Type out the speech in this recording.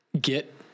get